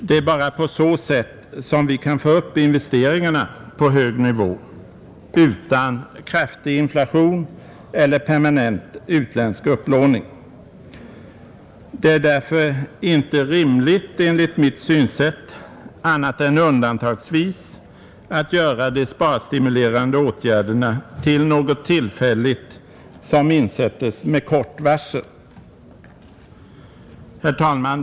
Det är bara på så sätt som vi kan få upp investeringarna på hög nivå — utan kraftig inflation eller permanent utländsk upplåning. Det är därför enligt mitt synsätt inte rimligt, annat än undantagsvis, att göra de sparstimulerande åtgärderna till något tillfälligt, som insättes med kort varsel, Herr talman!